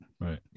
right